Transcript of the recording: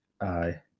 Aye